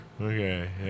Okay